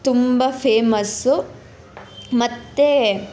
ತುಂಬ ಫೇಮಸ್ಸು ಮತ್ತು